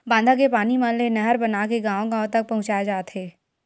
बांधा के पानी मन ले नहर बनाके गाँव गाँव तक पहुचाए जाथे